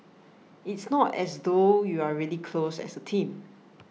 it's not as though you're really close as a team